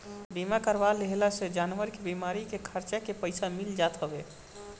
बीमा करवा लेहला से जानवर के बीमारी के खर्चा के पईसा मिल जात हवे